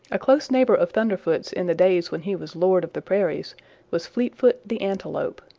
a close neighbor of thunderfoot's in the days when he was lord of the prairies was fleetfoot the antelope.